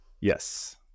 Yes